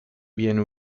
viene